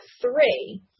three